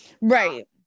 Right